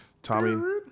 Tommy